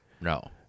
No